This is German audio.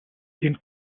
den